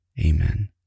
Amen